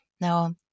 Now